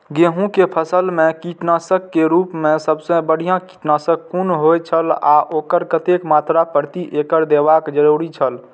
गेहूं के फसल मेय कीटनाशक के रुप मेय सबसे बढ़िया कीटनाशक कुन होए छल आ ओकर कतेक मात्रा प्रति एकड़ देबाक जरुरी छल?